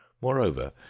Moreover